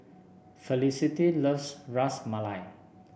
Felicity loves Ras Malai